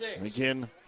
Again